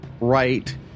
right